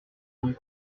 vous